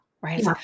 right